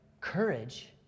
courage